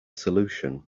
solution